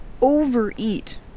overeat